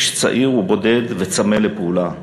איש צעיר ובודד וצמא לפעולה.